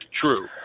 True